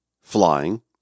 flying